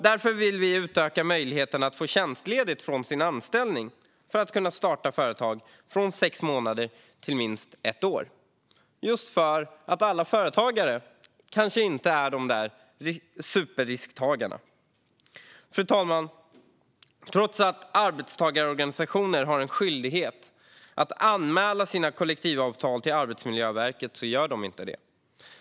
Därför vill vi utöka möjligheten att få tjänstledigt från sin anställning för att starta företag från sex månader till minst ett år - just för att alla företagare kanske inte är superrisktagare. Fru talman! Trots att arbetstagarorganisationer har en skyldighet att anmäla sina kollektivavtal till Arbetsmiljöverket gör de inte det.